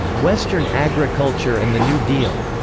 western agriculture and the new deal.